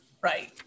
right